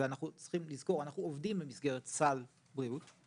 ואנחנו צריכים לזכור שאנחנו עובדים במסגרת סל בריאות,